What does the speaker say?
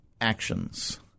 actions